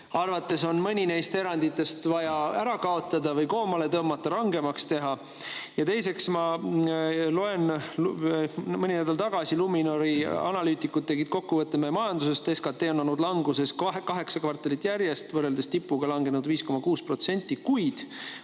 arvates on vaja mõni neist eranditest ära kaotada või koomale tõmmata, rangemaks teha? Ja teiseks. Mõni nädal tagasi tegid Luminori analüütikud kokkuvõtte meie majandusest. SKT on olnud languses kaheksa kvartalit järjest, võrreldes tipuga langenud 5,6%, kuid